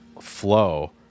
flow